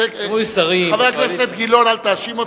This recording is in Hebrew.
חבר הכנסת גילאון, אל תאשים אותו.